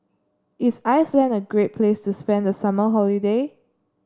is Iceland a great place to spend the summer holiday